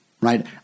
right